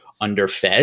underfed